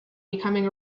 becoming